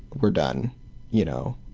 we're done you know?